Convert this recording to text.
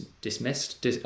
dismissed